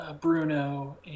Bruno